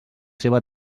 seva